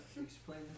Explain